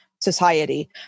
society